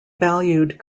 valued